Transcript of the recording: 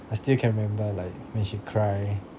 I still can remember like when she cry